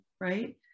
right